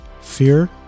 fear